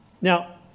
Now